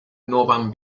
novan